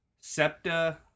Septa